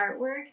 artwork